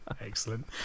Excellent